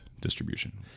distribution